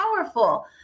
powerful